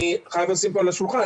אני חייב לשים פה על השולחן,